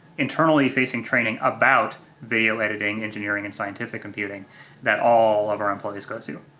internally facing training, about video editing, engineering, and scientific computing that all of our employees go through.